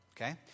okay